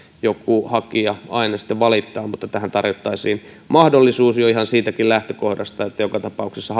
joku hakija aina valittaa mutta tähän tarjottaisiin mahdollisuus jo ihan siitäkin lähtökohdasta että joka tapauksessa